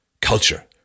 culture